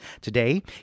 Today